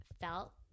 felt